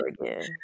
again